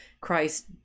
Christ